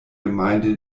gemeinde